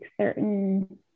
certain